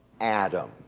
Adam